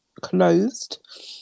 closed